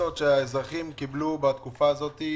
קנסות שהאזרחים קיבלו בתקופה הזאת.